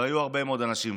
אבל היו הרבה מאוד אנשים,